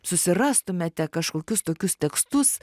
susirastumėte kažkokius tokius tekstus